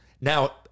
Now